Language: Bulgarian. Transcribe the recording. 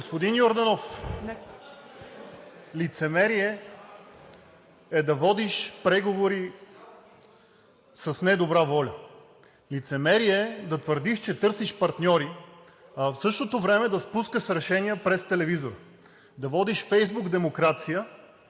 Господин Йорданов, лицемерие е да водиш преговори с недобра воля. Лицемерие е да твърдиш, че търсиш партньори, а в същото време да спускаш решения през телевизора, да водиш Фейсбук демокрация